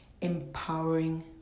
Empowering